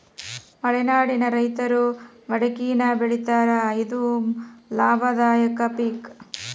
ಮಲೆನಾಡಿನ ರೈತರು ಮಡಕಿನಾ ಬೆಳಿತಾರ ಇದು ಲಾಭದಾಯಕ ಪಿಕ್